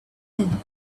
him